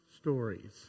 stories